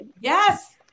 Yes